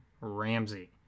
Ramsey